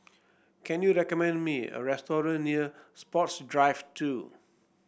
can you recommend me a restaurant near Sports Drive Two